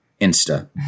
Insta